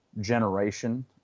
generation